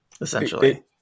Essentially